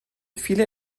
viele